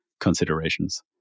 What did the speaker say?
considerations